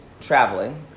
traveling